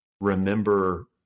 remember